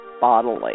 bodily